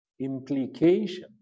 Implication